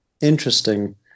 Interesting